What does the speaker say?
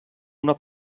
una